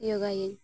ᱡᱳᱜᱟᱭᱟᱹᱧ